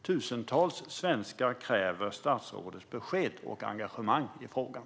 Tusentals svenskar kräver statsrådets besked och engagemang i frågan.